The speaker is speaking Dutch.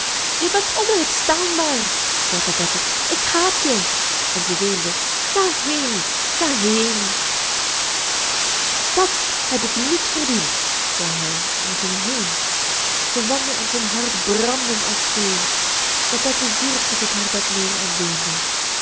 je bent onuitstaanbaar zei babette ik haat je en zij weende ga heen ga heen dat heb ik niet verdiend zei hij en ging heen zijn wangen en zijn hart brandden als vuur babette wierp zich op haar bed neer en